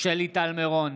שלי טל מירון,